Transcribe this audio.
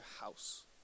house